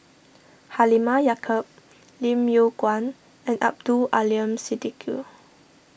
Halimah Yacob Lim Yew Kuan and Abdul Aleem Siddique